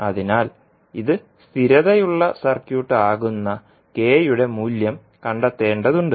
അതിനാൽ ഇത് സ്ഥിരതയുള്ള സർക്യൂട്ട് ആകുന്ന kയുടെ മൂല്യം കണ്ടെത്തേണ്ടതുണ്ട്